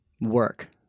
work